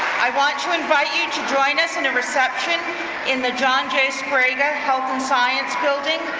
i want to invite you to join us in a reception in the john jay spraguer health and science building,